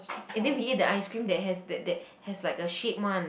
and then we ate the ice cream that has that that has like a shape one